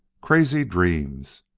crazy dreams!